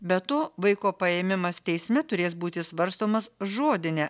be to vaiko paėmimas teisme turės būti svarstomas žodine